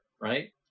right